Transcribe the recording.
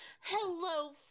hello